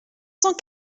cent